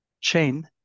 chain